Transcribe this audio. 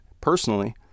personally